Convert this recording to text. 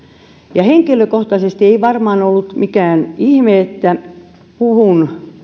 ja henkilökohtaisesti ei varmaan ollut mikään ihme että puhun